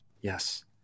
Yes